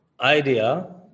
idea